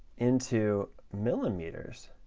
into millimeters,